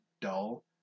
dull